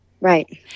right